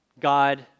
God